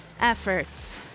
efforts